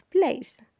place